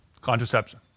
Contraception